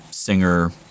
singer